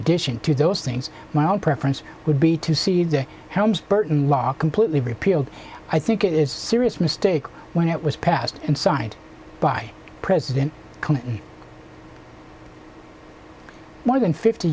addition to those things my own preference would be to see the helms burton law completely repealed i think it is serious mistake when it was passed and signed by president clinton more than fifty